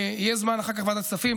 יהיה זמן אחר כך בוועדת הכספים,